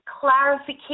clarification